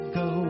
go